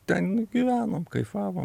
ten gyvenom kaifavom